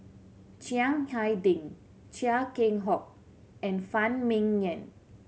Chiang Hai Ding Chia Keng Hock and Phan Ming Yen